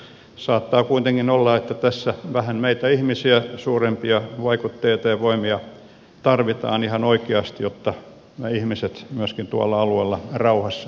saattaa kuitenkin olla että tässä vähän meitä ihmisiä suurempia vaikuttajia tai voimia tarvitaan ihan oikeasti jotta me ihmiset myöskin tuolla alueella eläisimme keskenämme rauhassa